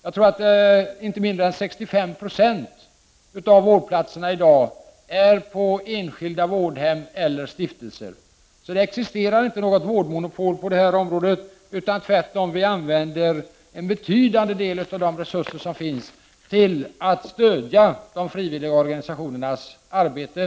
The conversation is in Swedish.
Jag tror att inte mindre än 65 76 av vårdplatserna i dag finns på enskilda vårdhem eller på stiftelser. Det existerar alltså inget vårdmonopol på detta område, utan tvärtom använder vi en betydande del av de resurser som finns till att stödja de frivilliga organisationernas arbete.